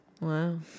Wow